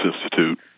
Institute